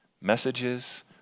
messages